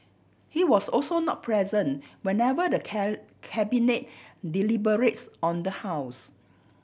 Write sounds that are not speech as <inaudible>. he was also not present whenever the <unintelligible> Cabinet deliberates on the house